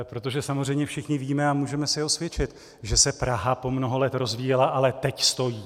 Protože samozřejmě všichni víme a můžeme si osvědčit, že se Praha po mnoho let rozvíjela, ale teď stojí.